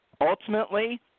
ultimately